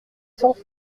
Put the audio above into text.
cent